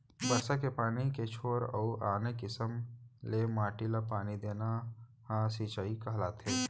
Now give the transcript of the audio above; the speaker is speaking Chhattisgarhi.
बरसा के पानी के छोर अउ आने किसम ले माटी ल पानी देना ह सिंचई कहलाथे